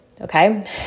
Okay